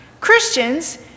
Christians